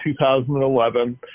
2011